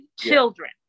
Children